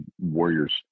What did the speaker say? warriors